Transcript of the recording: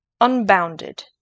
unbounded